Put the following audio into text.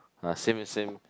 ah same same